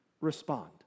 respond